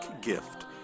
gift